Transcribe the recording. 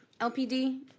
LPD